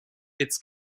its